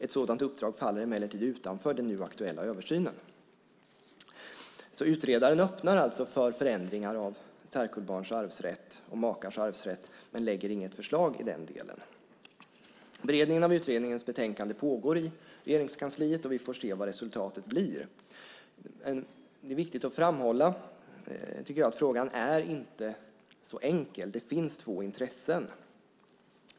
Ett sådant uppdrag faller emellertid utanför den nu aktuella översynen. Utredaren öppnar alltså för förändringar av särkullbarns och makars arvsrätt, men lägger inte fram något förslag i den delen. Beredningen av utredningens betänkande pågår i Regeringskansliet. Vi får se vad resultatet blir. Det är viktigt att framhålla att frågan inte är så enkel. Det finns två intressen.